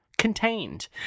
contained